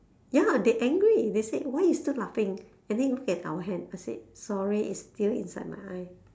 ya they angry they said why you still laughing and then look at our hand I said sorry it's still inside my eye